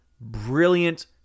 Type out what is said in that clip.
Brilliant